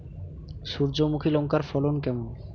সূর্যমুখী লঙ্কার ফলন কেমন?